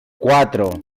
cuatro